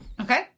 Okay